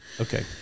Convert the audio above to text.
Okay